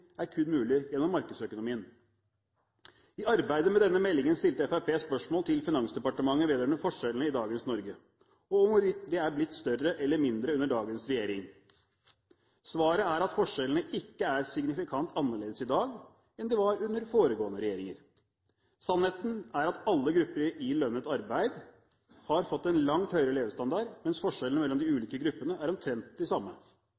er kun mulig gjennom markedsøkonomien. I arbeidet med denne meldingen stilte Fremskrittspartiet spørsmål til Finansdepartementet vedrørende forskjellene i dagens Norge og om hvorvidt de er blitt større eller mindre under dagens regjering. Svaret er at forskjellene ikke er signifikant annerledes i dag enn de var under foregående regjeringer. Sannheten er at alle grupper i lønnet arbeid har fått en langt høyere levestandard, mens forskjellene mellom de ulike gruppene er omtrent de samme.